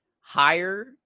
higher